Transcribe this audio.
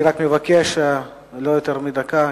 אני רק מבקש לא יותר מדקה,